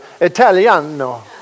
Italiano